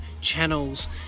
channels